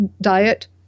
diet